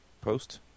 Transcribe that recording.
post